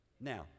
Now